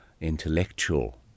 intellectual